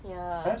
ya